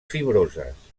fibroses